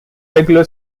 regular